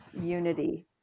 unity